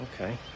okay